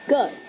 Good